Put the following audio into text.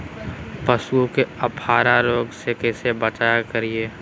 पशुओं में अफारा रोग से कैसे बचाव करिये?